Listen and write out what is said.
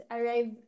Arrive